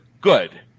good